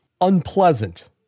unpleasant